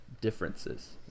differences